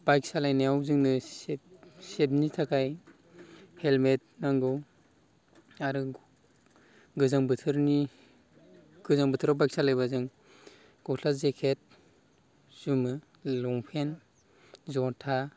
bike सालायनायाव जोंनो सेभनि थाखाय हेलमेट नांगौ आरो गोजां बोथोरनि गोजां बोथोराव बाइक सालायबा जों ग'स्ला जेकेट जोमो लंपेन ज'था